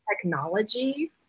technology